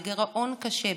בגירעון קשה,